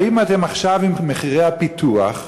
באים אתם עכשיו, עם מחירי הפיתוח,